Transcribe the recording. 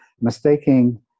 Mistaking